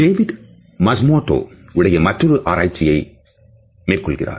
David Matsumoto உடைய மற்றொரு ஆராய்ச்சியை மேற்கொள்கிறார்